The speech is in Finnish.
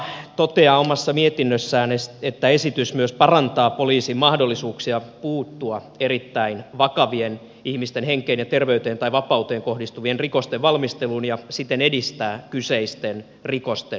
lakivaliokunta toteaa omassa mietinnössään että esitys myös parantaa poliisin mahdollisuuksia puuttua erittäin vakavien ihmisten henkeen ja terveyteen tai vapauteen kohdistuvien rikosten valmisteluun ja siten edistää kyseisten rikosten torjuntaa